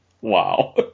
Wow